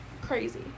Crazy